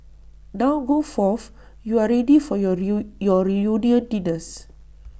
now go forth you are ready for your your reunion dinners